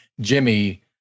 Jimmy